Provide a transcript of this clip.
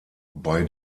bei